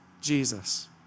Jesus